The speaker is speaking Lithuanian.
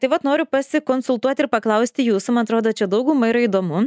tai vat noriu pasikonsultuoti ir paklausti jūsų man atrodo čia daugumai yra įdomu